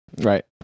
Right